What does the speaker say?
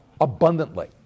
Abundantly